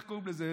איך קוראים לזה,